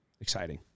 exciting